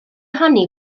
honni